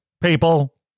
people